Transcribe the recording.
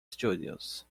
studios